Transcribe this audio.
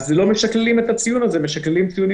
אז לא משקללים את הציון הזה אלא משקללים ציונים